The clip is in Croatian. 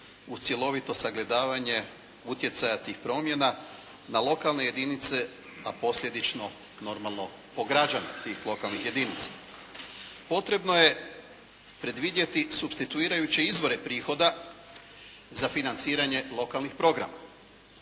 cjelovito sagledavanje utjecaja tih promjena na lokalne jedinice, a posljedično normalno po građane tih lokalnih jedinica. Potrebno je predvidjeti supstituirajuće izvore prihoda za financiranje lokalnih programa.